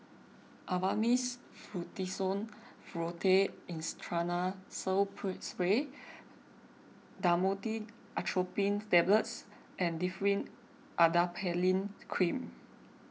Avamys Fluticasone Furoate Intranasal Spray Dhamotil Atropine Tablets and Differin Adapalene Cream